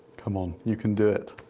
come on, you can do it!